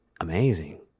amazing